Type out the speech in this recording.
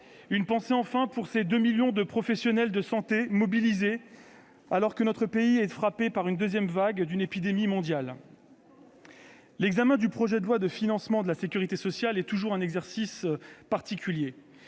une pensée, enfin, pour les deux millions de professionnels de santé mobilisés, alors que notre pays est frappé par la deuxième vague d'une épidémie mondiale. L'examen du projet de loi de financement de la sécurité sociale est toujours un exercice particulier.